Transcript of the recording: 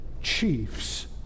chiefs